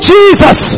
Jesus